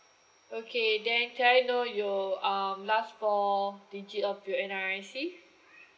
okay then can I know your um last four digit of your N_R_I_C